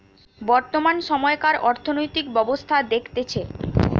বর্তমান সময়কার অর্থনৈতিক ব্যবস্থা দেখতেছে